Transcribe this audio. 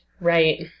Right